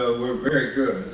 were very good.